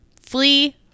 Flee